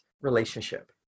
relationship